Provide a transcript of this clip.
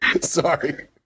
Sorry